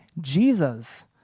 Jesus